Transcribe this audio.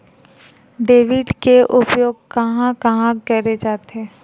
Debit के उपयोग कहां कहा करे जाथे?